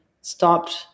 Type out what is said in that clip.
stopped